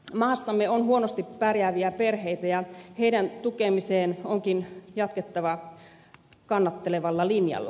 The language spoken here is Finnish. maassamme on huonosti pärjääviä perheitä ja heidän tukemistaan onkin jatkettava kannattelevalla linjalla